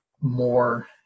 more